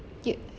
you